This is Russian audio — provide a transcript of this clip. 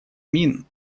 мин